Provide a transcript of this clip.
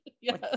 Yes